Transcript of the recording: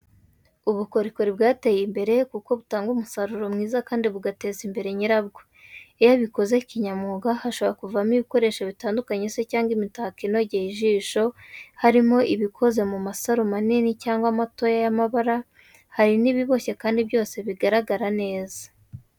Ubukorikori bwateye imbere kuko butanga umusaruro mwiza kandi bugateza imbere nyirabwo. Iyo abikoze kinyamwuga hashobora kuvamo ibikoresho bitandukanye cyangwa se imitako inogeye ijisho, harimo ibikoze mu masaro manini cyangwa amato y'amabara, hari n'ibiboshye kandi byose bigaragara neza.